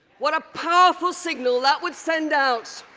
what a powerful signal that would send out.